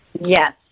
Yes